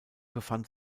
befand